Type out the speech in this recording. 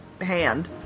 hand